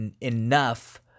enough